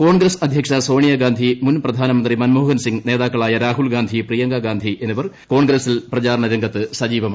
കോൺഗ്രസ്സ് അധ്യക്ഷ സോണിയ ഗാന്ധി മുൻ പ്രധാനമന്ത്രി മൻമോഹൻസിംഗ് നേതാക്കളായ രാഹുൽഗാന്ധി പ്രിയങ്കഗാന്ധി എന്നിവർ കോൺഗ്രസ്സിനായി പ്രചാരണ രംഗത്ത് സജീവമാണ്